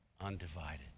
undivided